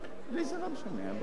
טוב.